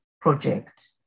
project